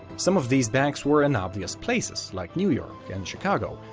some of these banks were in obvious places, like new york and chicago,